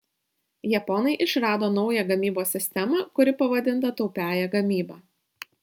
japonai išrado naują gamybos sistemą kuri pavadinta taupiąja gamyba